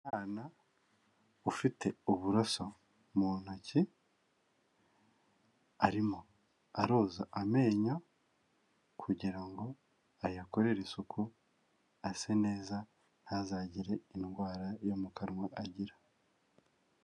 Umwana ufite uburaso mu ntoki, arimo aroza amenyo kugira ngo ayakorere isuku ase neza, ntazagire indwara yo mu kanwa agira.